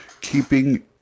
keeping